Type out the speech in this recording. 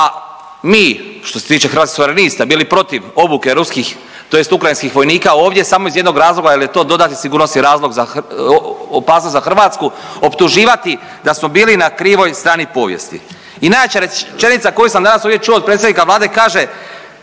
a mi što se tiče Hrvatskih suvrenista bili protiv obuke ruskih tj. ukrajinskih vojnika ovdje samo iz jednog razloga jel je to dodatni sigurnosni razlog za opasnost za Hrvatsku, optuživati da smo bili na krivoj strani povijesti. I najjača rečenica koju sam danas ovdje čuo od predsjednika Vlade kaže